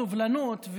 "סובלנות",